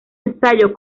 ensayo